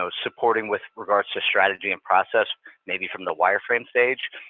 so supporting with regards to strategy and process maybe from the wireframe stage.